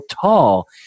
tall